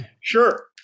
Sure